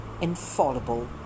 infallible